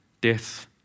death